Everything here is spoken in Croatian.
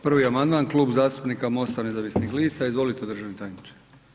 Prvi amandman Klub zastupnika MOST-a Nezavisnih lista izvolite državni tajniče.